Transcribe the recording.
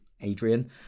Adrian